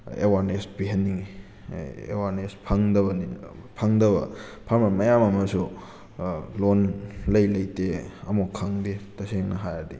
awareness ꯄꯤꯍꯟꯅꯤꯡꯉꯤ awareness ꯐꯪꯗꯕꯅꯤꯅ ꯐꯪꯗꯕ ꯐꯥꯔꯃꯔ ꯃꯌꯥꯝ ꯑꯃꯁꯨ ꯂꯣꯟ ꯂꯩ ꯂꯩꯇꯦ ꯑꯃꯐꯥꯎ ꯈꯪꯗꯦ ꯇꯁꯦꯡꯅ ꯍꯥꯏꯔꯗꯤ